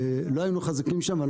לא היינו חזקים שם.